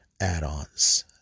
add-ons